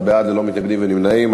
17 בעד, ללא מתנגדים וללא נמנעים.